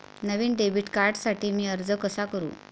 नवीन debit कार्डसाठी मी अर्ज कसा करू?